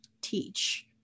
teach